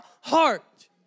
heart